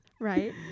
right